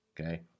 okay